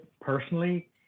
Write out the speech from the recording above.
personally